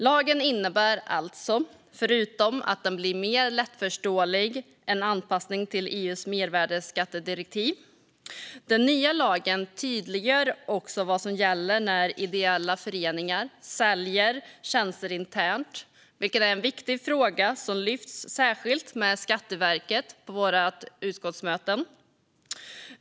Lagen innebär alltså, förutom att den blir mer lättförståelig, en anpassning till EU:s mervärdesskattedirektiv. Den nya lagen tydliggör också vad som gäller när ideella föreningar säljer tjänster internt, vilket är en viktig fråga som särskilt har lyfts upp med Skatteverket på våra utskottsmöten.